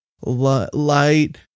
light